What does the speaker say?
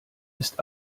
ist